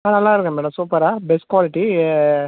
ஆ நல்லாருக்கும் மேடம் சூப்பரா best quality